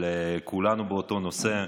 אבל כולנו באותו נושא,